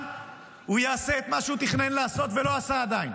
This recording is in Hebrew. הוא יעשה את מה שהוא תכנן לעשות ולא עשה עדיין.